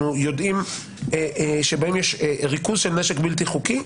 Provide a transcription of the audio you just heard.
יודעים שבהם יש ריכוז של נשק בלתי חוקי.